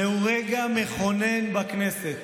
זהו רגע מכונן בכנסת,